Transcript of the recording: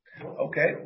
okay